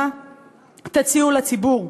מה תציעו לציבור?